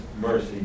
mercy